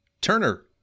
Turner